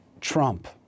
Trump